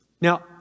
Now